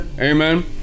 Amen